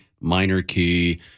minor-key